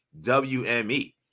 WME